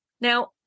Now